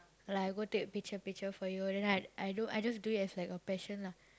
like I go take picture picture for you then I I don't I just do it as like a passion lah